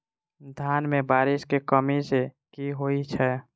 धान मे बारिश केँ कमी सँ की होइ छै?